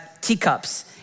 teacups